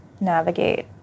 navigate